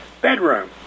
bedroom